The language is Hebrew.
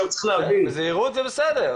וצריך להבין --- בזהירות זה בסדר,